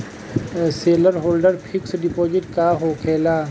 Shareholder fix deposit का होखे ला?